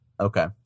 Okay